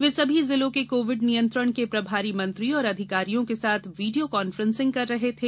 वे सभी जिलों के कोविड नियंत्रण के प्रभारी मंत्री और अधिकारियों के साथ वीडियो कॉन्फ्रेंस कर रहे थे